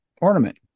ornament